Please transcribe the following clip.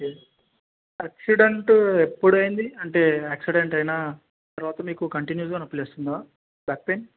okay accident ఎప్పుడు అయింది అంటే ఆక్సిడెంట్ అయిన తర్వాత మీకు కంటిన్యూస్గా మీకు నొప్పి లేస్తుందా బ్యాక్ పెయిన్